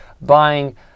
buying